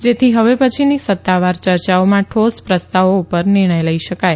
જેથી હવે પછીની સત્તાવાર ચર્ચાઓમાં ઠોસ પ્રસ્તાવો પર નિર્ણય લઇ શકાય